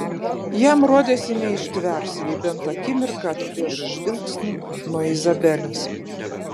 jam rodėsi neištvers jei bent akimirką atplėš žvilgsnį nuo izabelės